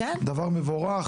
דבר מבורך,